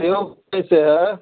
सेब कैसे हैं